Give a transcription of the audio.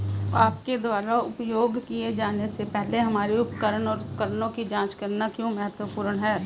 आपके द्वारा उपयोग किए जाने से पहले हमारे उपकरण और उपकरणों की जांच करना क्यों महत्वपूर्ण है?